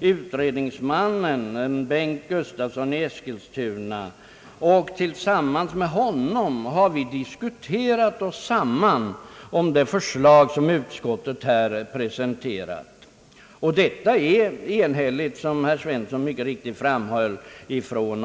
utredningsmannen Bengt Gustavsson i Eskilstuna, och tillsammans med honom har vi diskuterat oss samman om det förslag, som utskottet här presenterat. Detta förslag från avdelningens sida är enhälligt — som herr Rikard Svensson mycket riktigt framhöll.